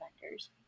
vendors